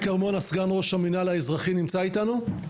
שי כרמונה, סגן ראש המינהל האזרחי, נמצא איתנו?